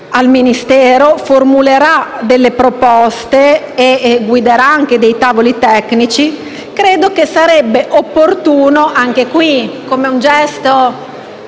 al Ministero, formulerà delle proposte e guiderà anche dei tavoli tecnici, credo che sarebbe opportuno, come un gesto